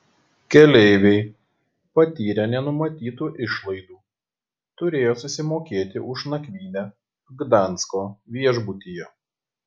keleiviai patyrė nenumatytų išlaidų turėjo susimokėti už nakvynę gdansko viešbutyje